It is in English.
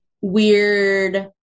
weird